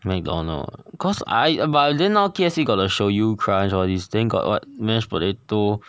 mcdonald ah cause I but then now K_F_C got the shoyu crunch all these then got what mashed potato